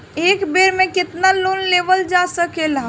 एक बेर में केतना लोन लेवल जा सकेला?